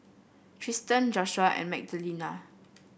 Tristen Joshua and Magdalena